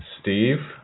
Steve